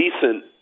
decent